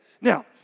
Now